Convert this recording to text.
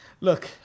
Look